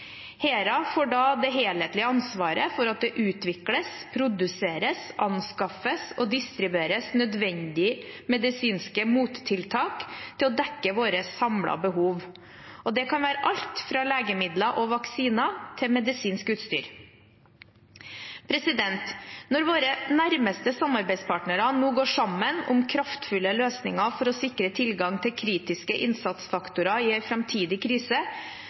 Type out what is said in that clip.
HERA får da det helhetlige ansvaret for at det utvikles, produseres, anskaffes og distribueres nødvendige medisinske mottiltak til å dekke våre samlede behov. Det kan være alt fra legemidler og vaksiner til medisinsk utstyr. Når våre nærmeste samarbeidspartnere nå går sammen om kraftfulle løsninger for å sikre tilgang til kritiske innsatsfaktorer i en framtidig krise,